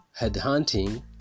headhunting